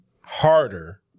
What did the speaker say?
harder